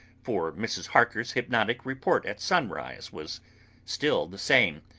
for mrs. harker's hypnotic report at sunrise was still the same.